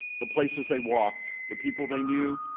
the places they walked, the people they knew,